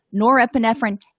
norepinephrine